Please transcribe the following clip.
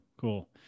cool